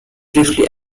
briefly